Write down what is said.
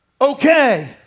okay